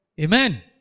Amen